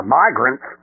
migrants